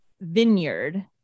vineyard